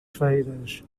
feiras